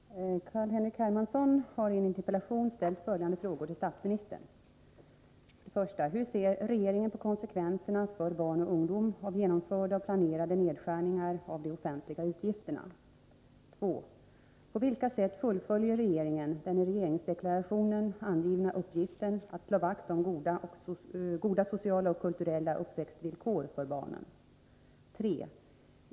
Herr talman! Carl-Henrik Hermansson har i en interpellation ställt följande frågor till statsministern: 1. Hur ser regeringen på konsekvenserna för barn och ungdom av genomförda och planerade nedskärningar av de offentliga utgifterna? 2. På vilka sätt fullföljer regeringen den i regeringsdeklarationen angivna uppgiften att slå vakt om goda sociala och kulturella uppväxtvillkor för barnen? 3.